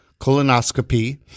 colonoscopy